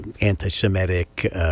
anti-Semitic